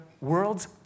world's